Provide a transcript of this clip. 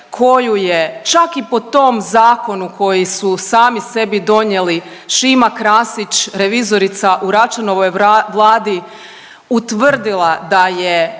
koju je čak i po tom zakonu koji su sami sebi donijeli Šima Krasić revizorica u Račanovoj vladi utvrdila da je